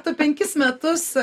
tu penkis metus